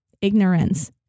ignorance